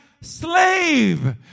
slave